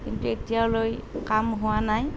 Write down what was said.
কিন্তু এতিয়ালৈ কাম হোৱা নাই